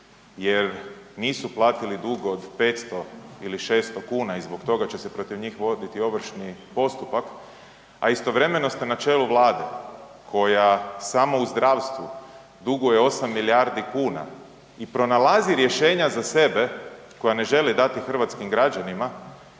jer nisu platili dug od 500 ili 600 kuna i zbog toga će se protiv njih voditi ovršni postupak, a istovremeno ste na čelu vlade koja samo u zdravstvu duguje 8 milijardi kuna i pronalazi rješenja za sebe koja ne želi dati hrvatskim građanima